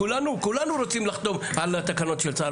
כולנו רוצים לחתום על התקנות של צער